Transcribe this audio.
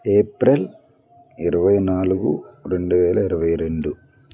April ఇరవై నాలుగు రెండువేల ఇరవై రెండు